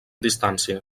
distància